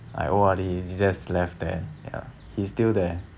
I O_R_D he's just left there ya he's still there